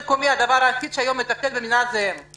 הדבר היחיד שהיום מטפל במדינה זה השלטון המקומי.